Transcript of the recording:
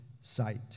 sight